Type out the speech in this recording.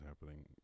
happening